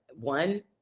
one